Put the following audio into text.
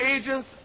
agents